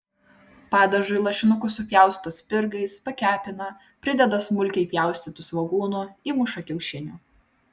padažui lašinukus supjausto spirgais pakepina prideda smulkiai pjaustytų svogūnų įmuša kiaušinių